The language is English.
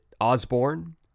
Osborne